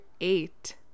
eight